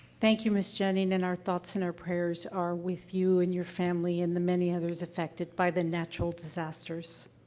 thank you, ms. jenning, and our thoughts and our prayers are with you and your family and the many others affected by the natural disasters.